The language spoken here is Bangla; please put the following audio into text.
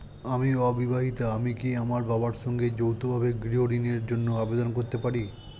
আমি অবিবাহিতা আমি কি আমার বাবার সঙ্গে যৌথভাবে গৃহ ঋণের জন্য আবেদন করতে পারি?